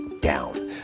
down